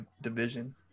division